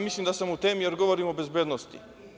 Mislim da sam u temi jer govorim o bezbednosti.